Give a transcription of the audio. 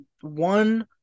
one